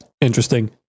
Interesting